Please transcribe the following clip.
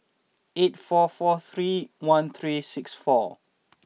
eight four four three one three six four